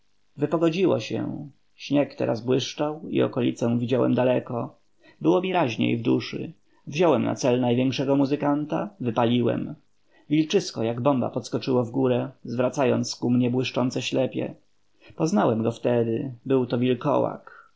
wypogodziło się śnieg teraz błyszczał i okolicę widziałem daleko było mi raźniej w duszy wziąłem na cel największego muzykanta wypaliłem wilczysko jak bomba podskoczyło w górę zwracając ku mnie błyszczące ślepie poznałem go wtedy był to wilkołak